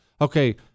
Okay